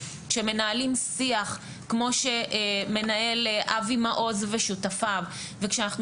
כשמנהלים שיח כמו שמנהל אבי מעוז ושותפיו וכשאנחנו